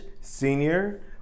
senior